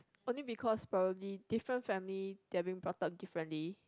only because probably different family they have been brought up differently